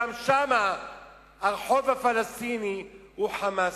גם שם הרחוב הפלסטיני הוא "חמאסניק".